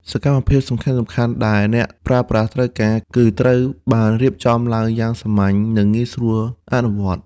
សកម្មភាពសំខាន់ៗដែលអ្នកប្រើប្រាស់ត្រូវការ គឺត្រូវបានរៀបចំឡើងយ៉ាងសាមញ្ញ និងងាយស្រួលអនុវត្ត។